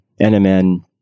NMN